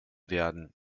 werden